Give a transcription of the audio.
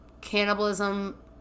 cannibalism